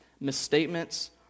misstatements